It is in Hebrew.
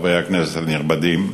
חברי כנסת נכבדים,